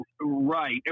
Right